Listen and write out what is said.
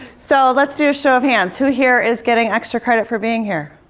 so let's do a show of hands. who here is getting extra credit for being here?